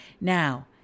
Now